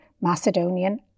Macedonian